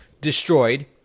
destroyed